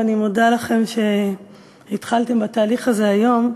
ואני מודה לכם על שהתחלתם בתהליך הזה היום.